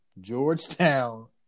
Georgetown